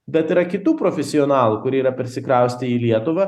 bet yra kitų profesionalų kurie yra persikraustę į lietuvą